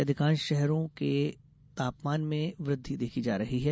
प्रदेष के अधिकांष शहरों के तापमान में वृद्वि देखी जा रही है